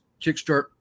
kickstart